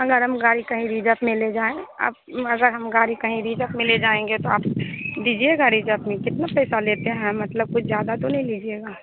अगर हम गाड़ी कहीं रिजप में ले जाएँ अप अगर हम गाड़ी कहीं रिजप में ले जाएँगे तो आप दीजिएगा रिजप में कितना पैसा लेते हैं मतलब कुछ ज़्यादा तो नही लीजिएगा